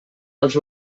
dels